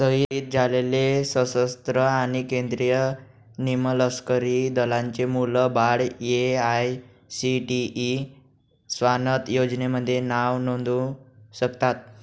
शहीद झालेले सशस्त्र आणि केंद्रीय निमलष्करी दलांचे मुलं बाळं ए.आय.सी.टी.ई स्वानथ योजनेमध्ये नाव नोंदवू शकतात